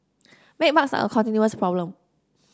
bedbugs are a continuous problem